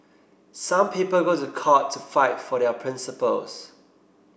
some people go to court to fight for their principles